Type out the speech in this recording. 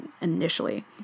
initially